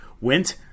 went